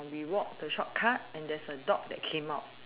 we walk the short cut and there's a dog that came out